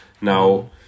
Now